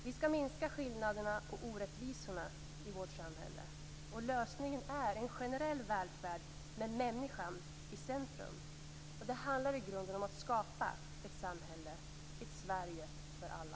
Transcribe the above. Vi skall minska skillnaderna och orättvisorna i vårt samhälle. Lösningen är en generell välfärd med människan i centrum. Det handlar i grunden om att skapa ett samhälle, ett Sverige för alla.